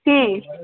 ಹ್ಞೂ